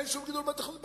אין שום גידול בחינוך.